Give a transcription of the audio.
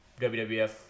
WWF